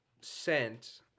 sent